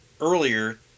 earlier